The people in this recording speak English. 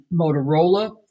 Motorola